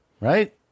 Right